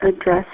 address